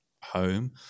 home